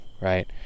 right